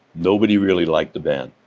nobody really liked the band.